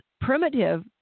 primitive